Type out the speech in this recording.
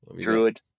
Druid